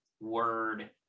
word